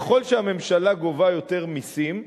שככל שהממשלה גובה יותר מסים,